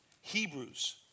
Hebrews